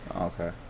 Okay